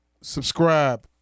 subscribe